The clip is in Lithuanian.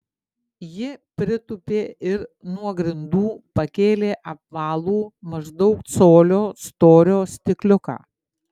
ji pritūpė ir nuo grindų pakėlė apvalų maždaug colio storio stikliuką